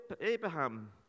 Abraham